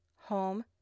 home